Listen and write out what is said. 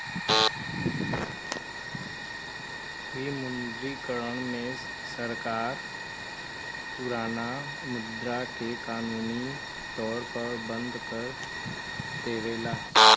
विमुद्रीकरण में सरकार पुराना मुद्रा के कानूनी तौर पर बंद कर देवला